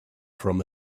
from